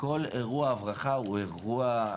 כל אירוע הברחה הוא אירוע,